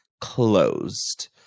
closed